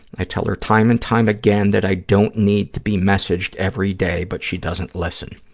i tell her time and time again that i don't need to be messaged every day, but she doesn't listen.